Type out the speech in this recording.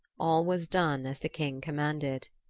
all was done as the king commanded.